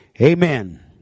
Amen